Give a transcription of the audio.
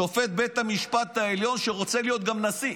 שופט בית המשפט העליון שרוצה להיות גם נשיא.